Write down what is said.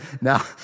Now